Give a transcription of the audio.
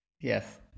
Yes